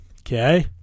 Okay